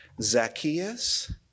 Zacchaeus